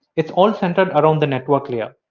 it's all centered around the network layer.